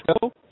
go